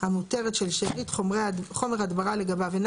המותרת של שארית חומר הדברה לגביו אינה